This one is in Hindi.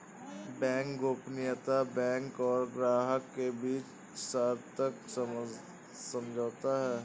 बैंक गोपनीयता बैंक और ग्राहक के बीच सशर्त समझौता है